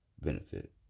benefit